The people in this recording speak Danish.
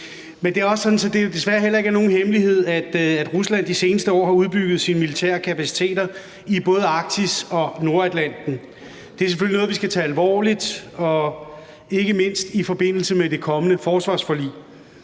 Men det er også sådan, at det jo desværre heller ikke er nogen hemmelighed, at Rusland de seneste år har udbygget sine militære kapaciteter i både Arktis og Nordatlanten. Det er selvfølgelig noget, vi skal tage alvorligt, ikke mindst i forbindelse med det kommende forsvarsforlig.